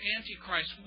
Antichrist